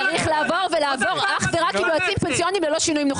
זה צריך לעבור אך ורק עם יועצים פנסיוניים ללא שינוי.